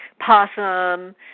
possum